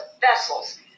vessels